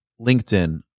LinkedIn